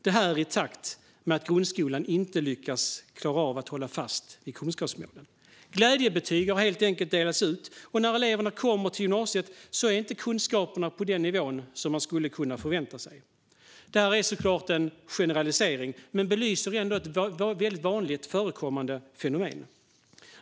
Detta sker i takt med att grundskolan inte lyckats klara av att hålla fast vid kunskapsmålen. Glädjebetyg har helt enkelt delats ut, och när eleverna kommer till gymnasiet är kunskaperna inte på den nivå som kan förväntas. Detta är såklart en generalisering, men den belyser ändå ett vanligt förekommande fenomen.